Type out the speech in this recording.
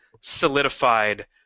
solidified